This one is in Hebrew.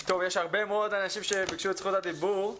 יש הרבה מאוד אנשים שביקשו את זכות הדיבור.